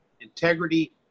integrity